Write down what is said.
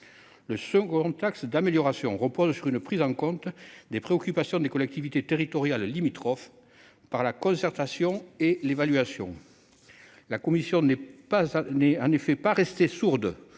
Le second axe d'amélioration repose sur une prise en compte des préoccupations des collectivités territoriales limitrophes, par la concertation et l'évaluation. En effet, la commission n'est pas restée sourde